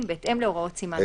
בהתאם להוראות סימן זה" --- רגע,